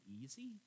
easy